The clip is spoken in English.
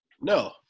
No